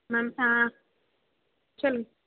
ma'am சொல்லுங்க